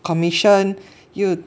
commission 又